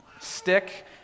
stick